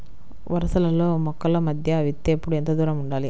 వరసలలో మొక్కల మధ్య విత్తేప్పుడు ఎంతదూరం ఉండాలి?